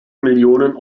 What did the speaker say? millionen